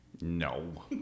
No